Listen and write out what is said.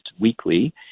weekly